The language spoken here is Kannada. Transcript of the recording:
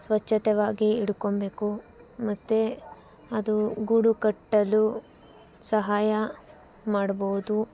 ಸ್ವಚ್ಛತೆಯಾಗಿ ಇಟ್ಕೋಬೇಕು ಮತ್ತೆ ಅದು ಗೂಡು ಕಟ್ಟಲು ಸಹಾಯ ಮಾಡಬಹುದು